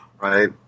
right